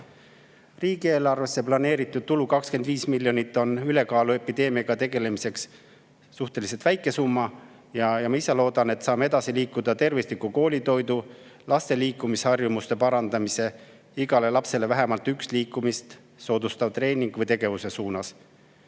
Riigieelarvesse planeeritud tulu 25 miljonit on ülekaaluepideemiaga tegelemiseks suhteliselt väike summa. Ma ise loodan, et saame edasi liikuda tervisliku koolitoidu, laste liikumisharjumuste parandamise ja igale lapsele vähemalt ühe liikumist soodustava treeningu või tegevuse suunas.